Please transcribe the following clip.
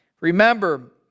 Remember